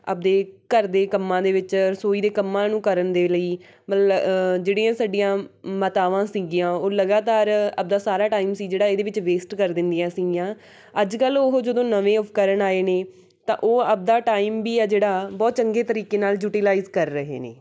ਆਪਣੇ ਘਰ ਦੇ ਕੰਮਾਂ ਦੇ ਵਿੱਚ ਰਸੋਈ ਦੇ ਕੰਮਾਂ ਨੂੰ ਕਰਨ ਦੇ ਲਈ ਮਲ ਜਿਹੜੀਆਂ ਸਾਡੀਆਂ ਮਾਤਾਵਾਂ ਸੀਗੀਆਂ ਉਹ ਲਗਾਤਾਰ ਆਪਣਾ ਸਾਰਾ ਟਾਈਮ ਸੀ ਜਿਹੜਾ ਇਹਦੇ ਵਿੱਚ ਵੇਸਟ ਕਰ ਦਿੰਦੀਆਂ ਸੀਗੀਆਂ ਅੱਜ ਕੱਲ੍ਹ ਉਹ ਜਦੋਂ ਨਵੇਂ ਉਪਕਰਨ ਆਏ ਨੇ ਤਾਂ ਉਹ ਆਪਣਾ ਟਾਈਮ ਵੀ ਆ ਜਿਹੜਾ ਬਹੁਤ ਚੰਗੇ ਤਰੀਕੇ ਨਾਲ ਜੁਟੀਲਾਈਜ਼ ਕਰ ਰਹੇ ਨੇ